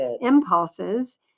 impulses